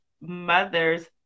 mother's